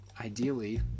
ideally